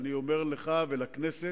אני אומר לך ולכנסת: